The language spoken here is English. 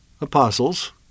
apostles